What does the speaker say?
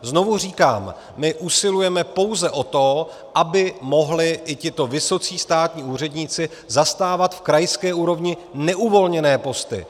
Znovu říkám, my usilujeme pouze o to, aby mohli i tito vysocí státní úředníci zastávat v krajské úrovni neuvolněné posty.